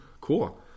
Cool